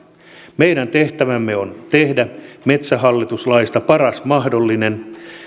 meidän tehtävämme on tehdä metsähallitus laista paras mahdollinen